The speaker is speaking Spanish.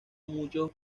muchos